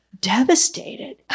devastated